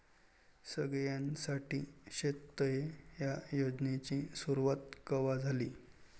सगळ्याइसाठी शेततळे ह्या योजनेची सुरुवात कवा झाली?